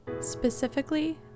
Specifically